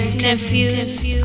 confused